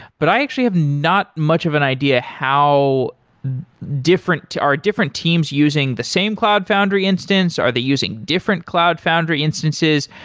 but i actually have not much of an idea how different are different teams using the same cloud foundry instance? are they using different cloud foundry instances?